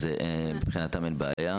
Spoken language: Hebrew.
אז מבחינתם אין בעיה.